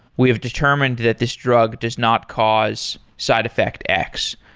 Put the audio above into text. we have determined that this drug does not cause side effect x,